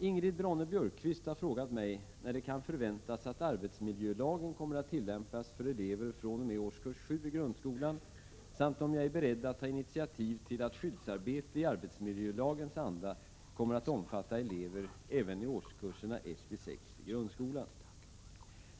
Ingrid Ronne-Björkqvist har frågat mig när det kan förväntas att arbetsmiljölagen kommer att tillämpas för elever från och med årskurs 7 i grundskolan samt om jag är beredd att ta initiativ till att skyddsarbete i arbetsmiljölagens anda kommer att omfatta elever även i årskurserna 1—6 i grundskolan.